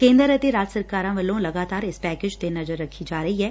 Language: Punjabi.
ਕੇਂਦਰ ਅਤੇ ਰਾਜ ਸਰਕਾਰਾਂ ਵੱਲੋਂ ਲਗਾਤਾਰ ਇਸ ਪੈਕੇਜ ਤੇ ਨਜ਼ਰ ਰੱਖੀ ਜਾ ਰਹੀ ਐ